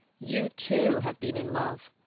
you too have been in love.